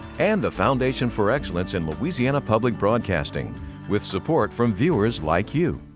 and the foundation for excellence in louisiana public broadcasting with support from viewers like you.